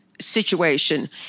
situation